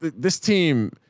this team,